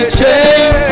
change